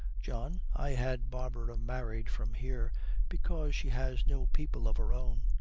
john, i had barbara married from here because she has no people of her own.